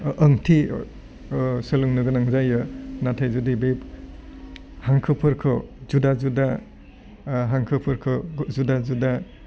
ओ ओंथि सोलोंनो गोनां जायो नाथाय जुदि बे हांखोफोरखौ जुदा जुदा हांखोफोरखौ जुदा जुदा